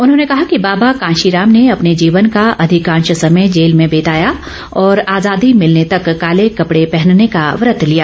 उन्होंने कहा कि बाबा कांशीराम ने अपने जीवन का अधिकांश समय जेल में बिताया और आजादी भिलने तक काले कपडे पहनने का व्रत लिया